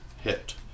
hit